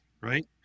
right